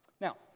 Now